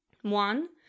One